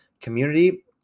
community